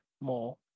more